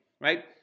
right